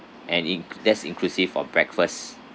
and in~ that's inclusive of breakfast